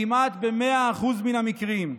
כמעט ב-100% של המקרים,